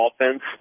offense